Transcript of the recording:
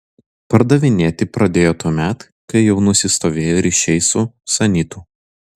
pardavinėti pradėjo tuomet kai jau nusistovėjo ryšiai su sanitu